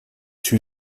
two